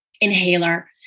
inhaler